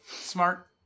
Smart